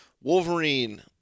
Wolverine